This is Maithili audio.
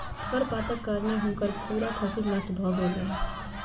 खरपातक कारणें हुनकर पूरा फसिल नष्ट भ गेलैन